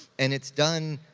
and it's done,